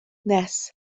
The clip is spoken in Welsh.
nes